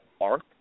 arc